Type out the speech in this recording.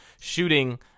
shooting